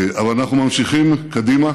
אבל אנחנו ממשיכים קדימה